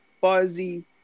fuzzy